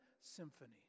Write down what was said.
symphony